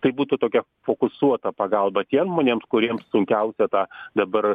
tai būtų tokia fokusuota pagalba tiem žmonėms kuriems sunkiausia tą dabar